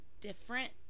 different